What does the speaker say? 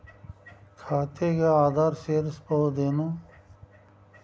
ಖಾತೆಗೆ ಆಧಾರ್ ಸೇರಿಸಬಹುದೇನೂ?